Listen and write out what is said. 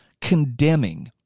condemning